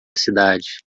cidade